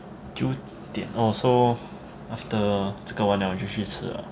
九点 oh so after 这个完了你就去吃 ah